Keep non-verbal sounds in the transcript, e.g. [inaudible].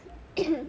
[noise]